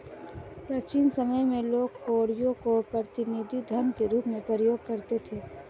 प्राचीन समय में लोग कौड़ियों को प्रतिनिधि धन के रूप में प्रयोग करते थे